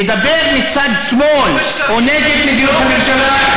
לדבר מצד שמאל או נגד מדיניות הממשלה,